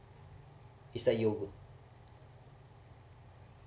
is like you